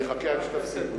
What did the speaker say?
אני אחכה עד שתפסיקו.